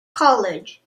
college